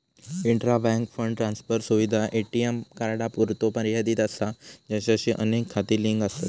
intra bank fund transfer सुविधा ATM कार्डांपुरतो मर्यादित असा ज्याचाशी अनेक खाती लिंक आसत